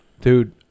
Dude